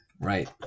Right